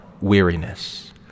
weariness